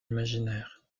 imaginaires